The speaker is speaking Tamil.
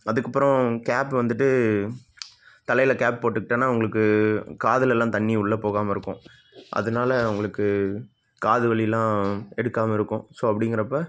அதற்கப்பறோம் கேப் வந்துவிட்டு தலையில் கேப் போட்டுக்கிட்டோன்னா உங்களுக்கு காதுலலாம் தண்ணி உள்ளே போகாமல் இருக்கும் அதனால உங்களுக்கு காது வலிலாம் எடுக்காமல் இருக்கும் ஸோ அப்படிங்கிறப்ப